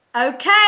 Okay